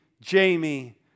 Jamie